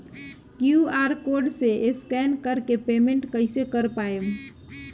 QR code से scan कर के पेमेंट कइसे कर पाएम?